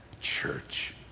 church